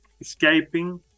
escaping